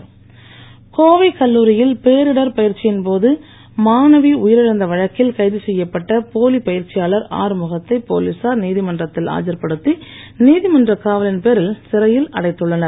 மாணவி கோவை கல்லூரியில் பேரிடர் பயிற்சியின் போது மாணவி உயிரிழந்த வழக்கில் கைது செய்யப்பட்ட போலி பயிற்சியாளர் ஆறுமுகத்தை போலீசார் நீதிமன்றத்தில் ஆஜர்படுத்தி நீதிமன்ற காவலின் பேரில் சிறையில் அடைத்துள்ளனர்